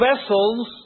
vessels